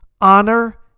honor